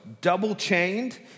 double-chained